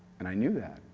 and i knew that,